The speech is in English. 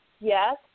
Yes